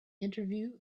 interview